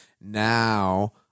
Now